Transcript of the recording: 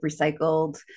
recycled